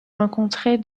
rencontrer